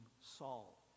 Saul